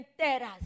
enteras